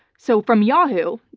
so from yahoo,